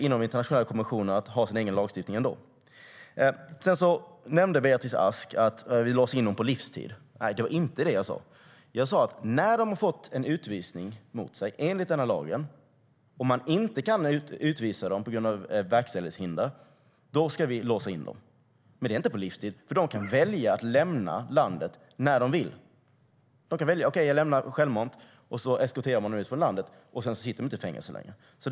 Inom internationella konventioner finns det utrymme för att ha en egen lagstiftning. Beatrice Ask sa att vi vill låsa in dessa personer på livstid. Det var inte det jag sa, utan jag sa att när en person ska utvisas enligt denna lag, och om det inte går att utvisa personen på grund av verkställighetshinder, då ska personen låsas in. Men det handlar inte om livstid, för personen kan välja att självmant lämna landet när som helst. Sedan eskorterar man personen ut ur landet, och då sitter personen inte längre i fängelse.